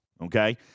okay